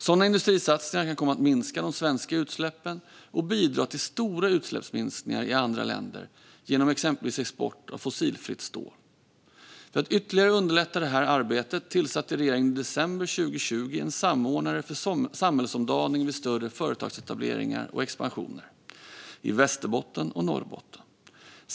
Sådana industrisatsningar kan komma att minska de svenska utsläppen och bidra till stora utsläppsminskningar i andra länder genom exempelvis export av fossilfritt stål. För att ytterligare underlätta det här arbetet tillsatte regeringen i december 2020 en samordnare för samhällsomdaning vid större företagsetableringar och expansioner i Västerbotten och Norrbotten.